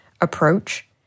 approach